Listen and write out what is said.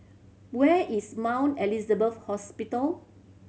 where is Mount Elizabeth Hospital